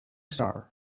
star